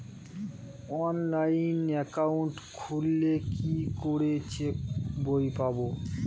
Online account খুললে কি করে চেক বই পাব?